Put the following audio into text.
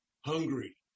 hungry